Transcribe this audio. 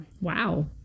Wow